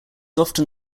often